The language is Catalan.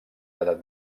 edat